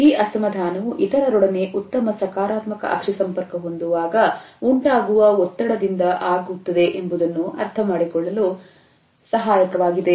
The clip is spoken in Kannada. ಈ ಅಸಮಾಧಾನವು ಇತರರೊಡನೆ ಉತ್ತಮ ಸಕಾರಾತ್ಮಕ ಪಕ್ಷಿ ಸಂಪರ್ಕ ಹೊಂದುವಾಗ ಉಂಟಾಗುವ ಒತ್ತಡದಿಂದ ಆಗುವ ಎಂಬುದನ್ನು ಅರ್ಥಮಾಡಿಕೊಳ್ಳಲು ಸಹಾಯಕವಾಗಿದೆ